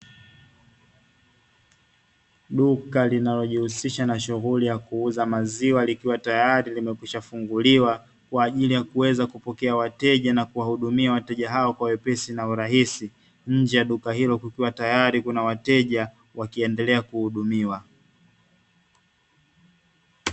Duka linalojihusisha na shughuli ya kuuza maziwa likiwa tayari limekwishafunguliwa, kwa ajili ya kuweza kupokea wateja na kuwahudumia wateja hao kwa wepesi na urahisi. Nje ya duka hilo kukiwa tayari kuna wateja wakiendelea kuhudumiwa.